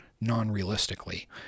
non-realistically